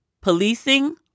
policing